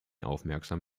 aufmerksam